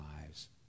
lives